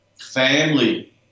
family